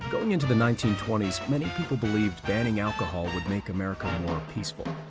going into the nineteen twenty s many people believed banning alcohol would make america more peaceful.